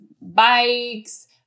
bikes